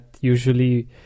usually